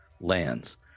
lands